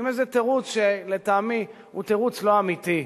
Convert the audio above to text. עם איזה תירוץ שלטעמי הוא תירוץ לא אמיתי,